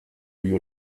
you